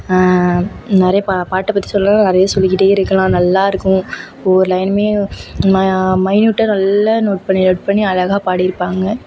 நிறைய பா பாட்டை பற்றி சொல்லணும்ன்னா நிறைய சொல்லிக்கிட்டே இருக்கலாம் நல்லா இருக்கும் ஒவ்வொரு லைனுமே மா மைனூட்டாக நல்லா நோட் பண்ணி நோட் பண்ணி அழகாக பாடி இருப்பாங்க